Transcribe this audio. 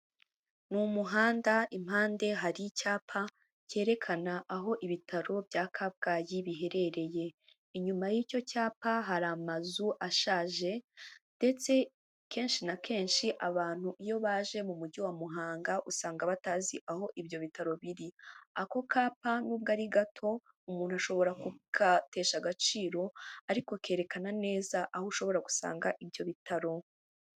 Mu muhanda impande hari icyapa cyerekana aho ibitaro bya kabgayi biherereye; inyuma y'icyo cyapa hari amazu ashaje ndetse kenshi na kenshi abantu iyo baje mu mujyi wa muhanga usanga batazi aho ibyo bitaro biri; ako kapa nubwo ari gato umuntu ashobora kugatesha agaciro ariko kerekana neza aho ushobora gusanga ibyo bitaro